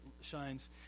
shines